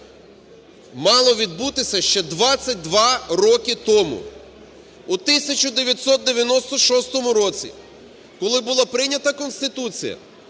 мало відбутися ще 22 роки тому, у 1996 році, коли була прийнята Конституція